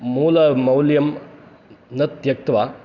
मूलमौल्यं न त्यक्त्वा